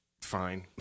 fine